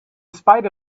spite